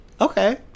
Okay